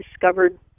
discovered